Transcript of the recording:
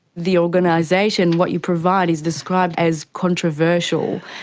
the organisation, what you provide is described as controversial.